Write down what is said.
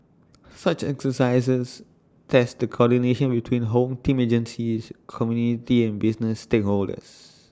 such exercises test the coordination between home team agencies community and business stakeholders